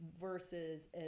versus